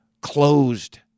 closed